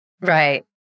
Right